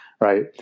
right